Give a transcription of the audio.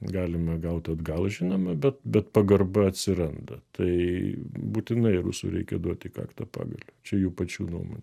galime gaut atgal žinoma bet bet pagarba atsiranda tai būtinai rusui reikia duoti kaktą pagaliu čia jų pačių nuomonė